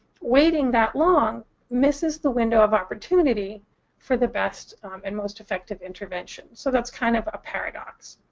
waiting that long misses the window of opportunity for the best and most effective intervention. so that's kind of a paradox.